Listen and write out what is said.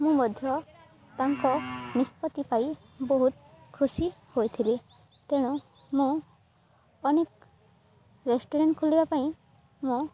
ମୁଁ ମଧ୍ୟ ତାଙ୍କ ନିଷ୍ପତ୍ତି ପାଇଁ ବହୁତ ଖୁସି ହୋଇଥିଲି ତେଣୁ ମୁଁ ଅନେକ ରେଷ୍ଟୁରାଣ୍ଟ୍ ଖୋଲିବା ପାଇଁ ମୁଁ